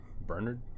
Bernard